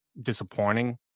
disappointing